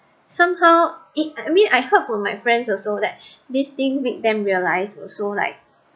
somehow it I mean I heard from my friends also that this thing make them realize also like